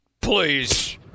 please